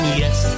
yes